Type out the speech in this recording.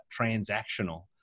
transactional